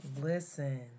Listen